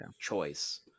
choice